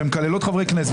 והן מקללות חברי כנסת,